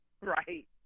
right